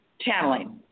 Channeling